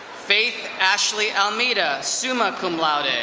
faith ashley almeida, summa cum laude.